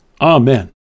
Amen